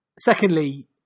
Secondly